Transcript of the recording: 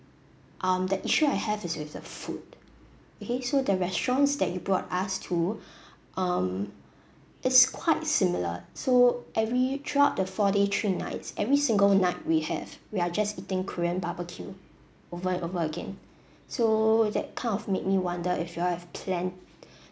um the issue I have is with the food okay so the restaurants that you brought us to um it's quite similar so every throughout the four days three nights every single night we have we are just eating korean barbecue over and over again so that kind of made me wonder if you all have planned